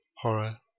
horror